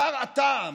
סר הטעם,